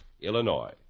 Illinois